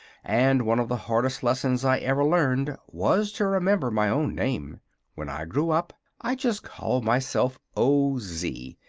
and one of the hardest lessons i ever learned was to remember my own name when i grew up i just called myself o. z,